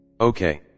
okay